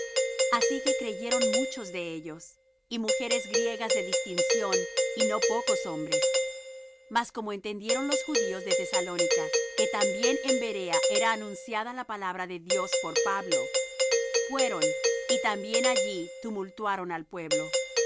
así que creyeron muchos de ellos y mujeres griegas de distinción y no pocos hombres mas como entendieron los judíos de tesalónica que también en berea era anunciada la palabra de dios por pablo fueron y también allí tumultuaron al pueblo